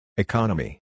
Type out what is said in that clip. Economy